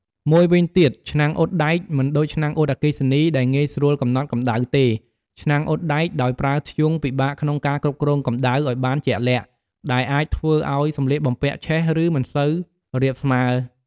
មួយវិញទៀត ឆ្នាំងអ៊ុតដែក មិនដូចឆ្នាំងអ៊ុតអគ្គិសនីដែលងាយស្រួលកំណត់កម្ដៅទេ ឆ្នាំងអ៊ុតដែកដោយប្រើធ្យូងពិបាកក្នុងការគ្រប់គ្រងកម្ដៅឱ្យបានជាក់លាក់ ដែលអាចធ្វើឱ្យសម្លៀកបំពាក់ឆេះ ឬមិនសូវរាបស្មើ។